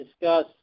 discuss